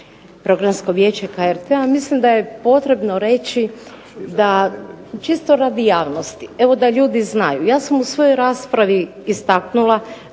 programskog vijeća HRT-a, mislim da je potrebno reći čisto radi javnosti evo da ljudi znaju. Ja sam u svojoj raspravi istaknula